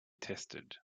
tested